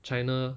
china